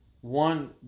one